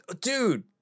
dude